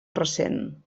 recent